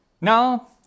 Now